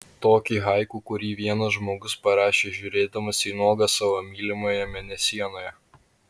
tokį haiku kurį vienas žmogus parašė žiūrėdamas į nuogą savo mylimąją mėnesienoje